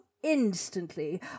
instantly